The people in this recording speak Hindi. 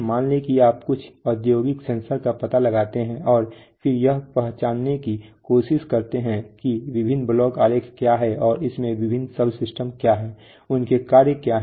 मान लें कि आप कुछ औद्योगिक सेंसर का पता लगाते हैं और फिर यह पहचानने की कोशिश करते हैं कि विभिन्न ब्लॉक आरेख क्या हैं और इसमें विभिन्न सबसिस्टम क्या हैं उनके कार्य क्या हैं